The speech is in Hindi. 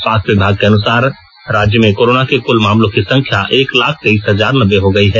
स्वास्थ विभाग के अनुसार राज्य में कोरोना के क्ल मामलों की संख्या एक लाख तेईस हजार नब्बे हो गई है